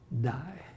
die